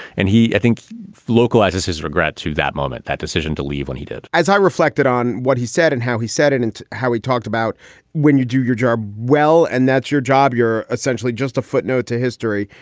and he i think localizes his regret to that moment, that decision to leave when he did, as i reflected on what he said and how he said it and how he talked about when you do your job well and that's your job, you're essentially just a footnote to history.